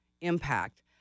impact